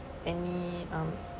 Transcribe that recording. any um